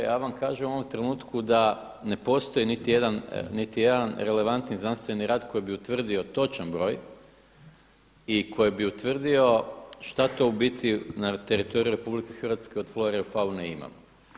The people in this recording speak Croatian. A ja vam kažem u ovom trenutku da ne postoji niti jedan relevantni znanstveni rad koji bi utvrdio točan broj i koji bi utvrdio šta to u biti na teritoriju RH od flore i faune imamo.